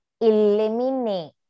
eliminate